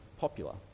popular